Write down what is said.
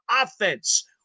offense